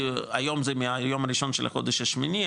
היום זה מהיום הראשון של החודש השמיני,